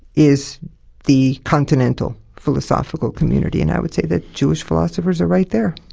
is the continental philosophical community, and i would say that jewish philosophers are right there.